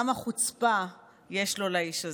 כמה חוצפה יש לו לאיש הזה,